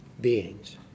beings